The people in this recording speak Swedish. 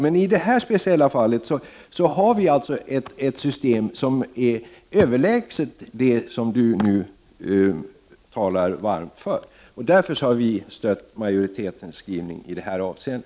Men i det här speciella fallet har vi ett system som är överlägset det som Bengt Harding Olson talar varmt för. Därför har vi moderater ställt oss bakom majoritetens skrivning i detta avseende.